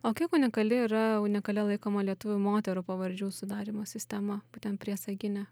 o kiek unikali yra unikalia laikoma lietuvių moterų pavardžių sudarymo sistema būtent priesaginė